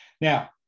Now